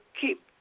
keep